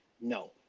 no